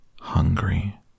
hungry